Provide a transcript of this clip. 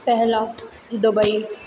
पहला दुबई